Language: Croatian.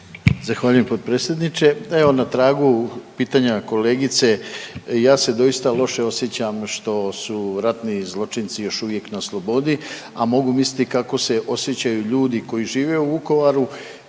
Zahvaljujem potpredsjedniče. Evo, na tragu pitanja kolegice ja se doista loše osjećam što su ratni zločinci još uvijek na slobodi, a mogu misliti kako se osjećaju ljudi koji žive u Vukovaru